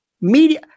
media